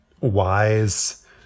wise